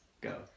go